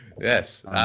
Yes